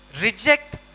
reject